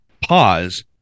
pause